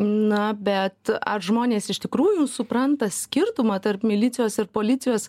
na bet ar žmonės iš tikrųjų supranta skirtumą tarp milicijos ir policijos